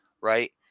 right